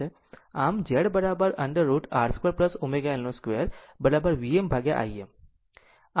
આમ Z √ over R 2 ω L 2 Vm Im